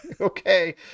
Okay